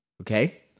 Okay